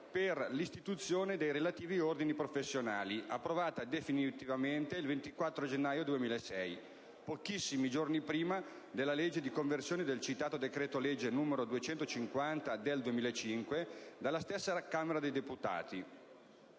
per l'istituzione dei relativi ordini professionali, approvata definitivamente il 24 gennaio 2006, pochissimi giorni prima della legge di conversione del citato decreto-legge n. 250 del 2005, dalla stessa Camera dei deputati.